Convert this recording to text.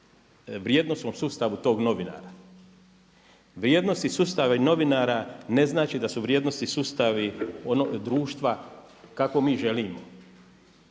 vrijednosnom sustavu tog novinara. Vrijednosni sustav novinara ne znači da su vrijednosni sustavi društva kakvog mi želimo.